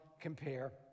compare